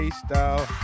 style